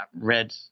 red